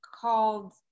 called